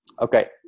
okay